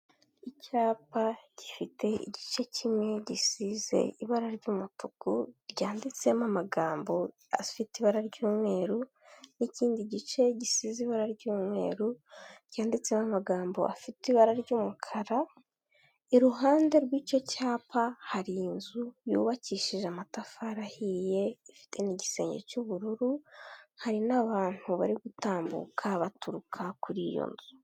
Icyapa gifite igice kimwe gisize ibara ry'umutuku ryanditsemo amagambo afite ibara ry'umweru, n'ikindi gice gisize ibara ry'umweru ryanditseho amagambo afite ibara ry'umukara, iruhande rw'icyo cyapa hari inzu yubakishije amatafari ahiye, ifite n'igisenge cy'ubururu, hari n'abantu bari gutambuka baturuka kuri iyo nzu.